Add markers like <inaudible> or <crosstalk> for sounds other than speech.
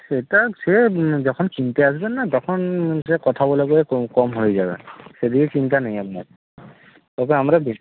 সেটা সে যখন কিনতে আসবেন না তখন সে কথা বলে <unintelligible> কম হয়ে যাবে সেদিকে চিন্তা নেই আপনার তবে আমরা বেশি